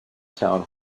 town